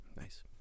nice